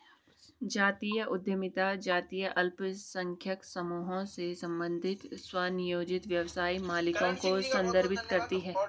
जातीय उद्यमिता जातीय अल्पसंख्यक समूहों से संबंधित स्वनियोजित व्यवसाय मालिकों को संदर्भित करती है